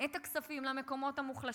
את הכספים למקומות המוחלשים,